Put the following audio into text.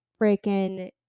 freaking